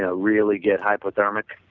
ah really get hypothermic,